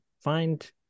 find